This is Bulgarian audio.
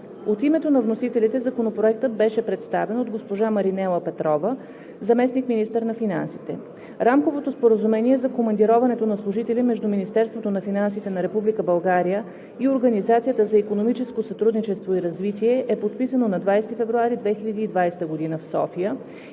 От името на вносителите законопроектът беше представен от госпожа Маринела Петрова – заместник-министър на финансите. Рамковото споразумение за командироването на служители между Министерството на финансите на Република България и Организацията за икономическо сътрудничество и развитие е подписано на 20 февруари 2020 г. в София